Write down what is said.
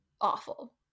awful